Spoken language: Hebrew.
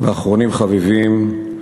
ואחרונים חביבים,